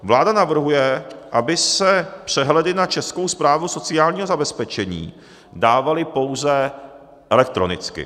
Vláda navrhuje, aby se přehledy na Českou správu sociálního zabezpečení dávaly pouze elektronicky.